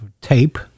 tape